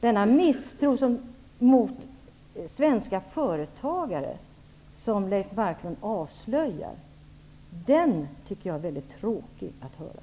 Den misstro mot svenska företagare som Leif Marklund avslöjar tycker jag är väldigt tråkig att höra.